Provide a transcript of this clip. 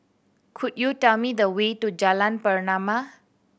could you tell me the way to Jalan Pernama